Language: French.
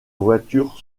voiture